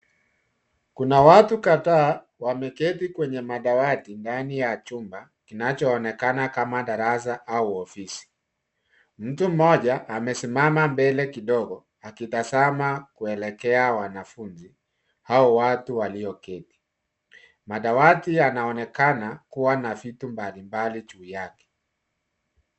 Kuna watu kadhaa wameketi kwenye madawati ndani ya chumba kinachoonekana kama darasa au ofisi. Mtu mmoja amesimama mbele kidogo akitazama kuelekea wanafunzi au watu walioketi. Madawati yanaonekana kuwa na vitu mbalimbali juu yake.